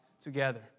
together